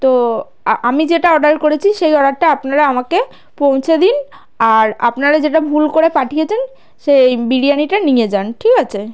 তো আমি যেটা অর্ডার করেছি সেই অর্ডারটা আপনারা আমাকে পৌঁছে দিন আর আপনারা যেটা ভুল করে পাঠিয়েছেন সেই বিরিয়ানিটা নিয়ে যান ঠিক আছে